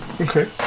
okay